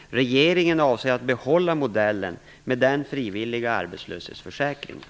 Regeringen avser att behålla modellen med den frivilliga arbetslöshetsförsäkringen.